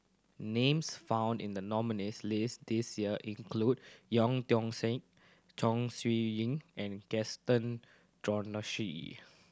names found in the nominees' list this year include Tian Siak Chong Siew Ying and Gaston Dutronquoy